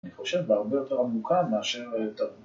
אני חושב בהרבה יותר עמוקה מאשר אה.. טוב